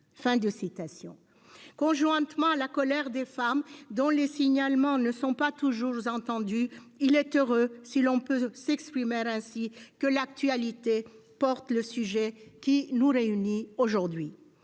aucune aide. » Conjointement à la colère des femmes dont les signalements ne sont pas toujours entendus, il est heureux, si l'on peut s'exprimer ainsi, que l'actualité fasse écho au sujet qui nous réunit aujourd'hui.